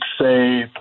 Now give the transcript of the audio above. say